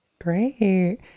Great